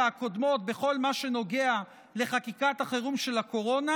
הקודמות בכל מה שנוגע לחקיקת החירום של הקורונה,